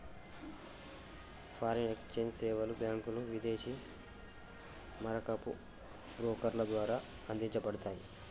foreign exchange సేవలు బ్యాంకులు, విదేశీ మారకపు బ్రోకర్ల ద్వారా అందించబడతయ్